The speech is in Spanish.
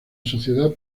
sociedad